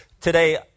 today